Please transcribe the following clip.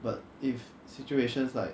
but if situations like